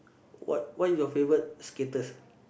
what what is your favourite skaters